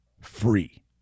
free